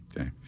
Okay